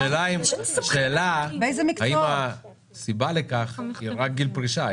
האם הסיבה לכך היא רק גיל פרישה.